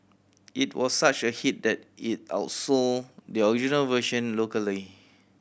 it was such a hit that it outsold the original version locally